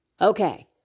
Okay